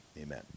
amen